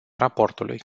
raportului